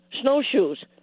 snowshoes